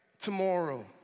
tomorrow